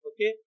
okay